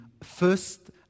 first